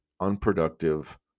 unproductive